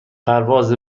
پرواز